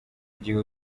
gihe